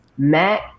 Matt